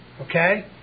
Okay